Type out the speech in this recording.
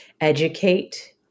educate